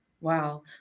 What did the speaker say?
Wow